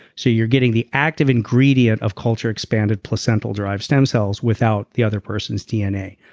so you're getting the active ingredient of culture expanded placental drive stem cells without the other person's dna.